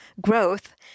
growth